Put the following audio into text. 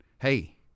Hey